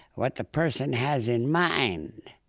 what the person has in mind,